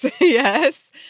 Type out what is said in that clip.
Yes